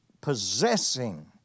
possessing